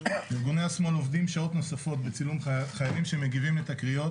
ארגוני השמאל עובדים שעות נוספות בצילום חיילים שמגיבים לתקריות